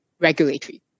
regulatory